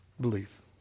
belief